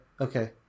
okay